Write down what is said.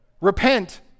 repent